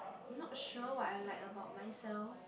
not sure what I like about myself